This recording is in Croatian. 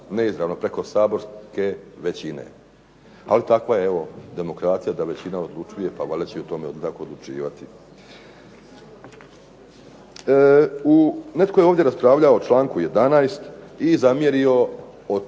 ne izravno, preko Saborske većine. Ali takva je demokracija da većina odlučuje, pa valjda će tako odlučivati. Netko je ovdje raspravljao o članku 11. i zamjerio